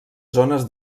zones